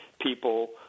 people